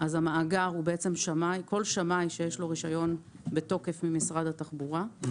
כל שמאי שיש לו רישיון בתוקף ממשרד התחבורה,